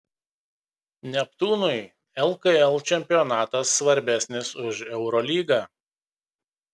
neptūnui lkl čempionatas svarbesnis už eurolygą